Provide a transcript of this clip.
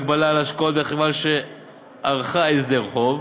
הגבלה על השקעות בחברה שערכה הסדר חוב),